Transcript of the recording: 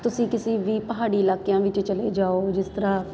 ਤੁਸੀਂ ਕਿਸੇ ਵੀ ਪਹਾੜੀ ਇਲਾਕਿਆਂ ਵਿੱਚ ਚਲੇ ਜਾਓ ਜਿਸ ਤਰ੍ਹਾਂ